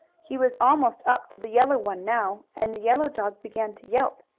he was almost up to the yellow one now, and the yellow dog began to yelp.